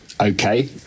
Okay